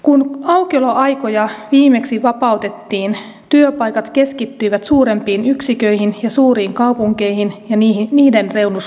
kun aukioloaikoja viimeksi vapautettiin työpaikat keskittyivät suurempiin yksiköihin ja suuriin kaupunkeihin ja niiden reunuskuntiin